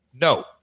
No